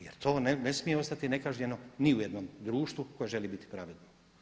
Jer to ne smije ostati nekažnjeno ni u jednom društvu koje želi biti pravedno.